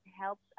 helps